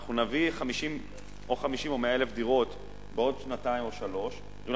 אנחנו נביא או 50,000 או 100,000 דירות בעוד שנתיים או שלוש שנים,